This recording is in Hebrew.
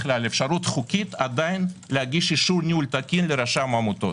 חוקית להגיש אישור ניהול תקין לרשם העמותות.